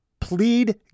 plead